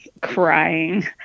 crying